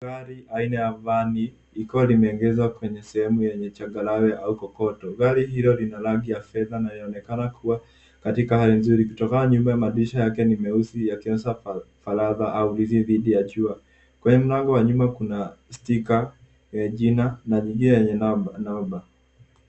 Gari aina ya Van likiwa limegeshwa kwenye sehemu yenye changarawe au kokoto. Gari hilo lina rangi ya fedha na yaonekana kuwa katika hali nzuri kutoka nyuma. Madirisha yake ni meusi yakionyesha faradha au vizuizi dhidi ya jua kwenya mlango wa nyuma kuna sticker ya jina na namba.